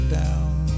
down